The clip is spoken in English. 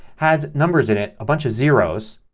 has numbers in it, a bunch of zeros,